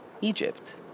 Egypt